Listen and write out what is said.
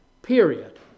Period